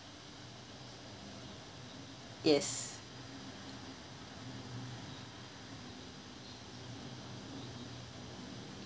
yes